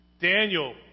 Daniel